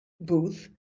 booth